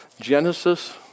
Genesis